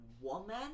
woman